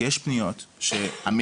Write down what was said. כי יש פניות שהמדיניות,